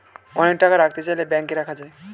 অনেক টাকা রাখতে চাইলে ব্যাংকে রাখা যায়